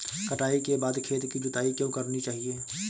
कटाई के बाद खेत की जुताई क्यो करनी चाहिए?